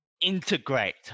integrate